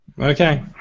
Okay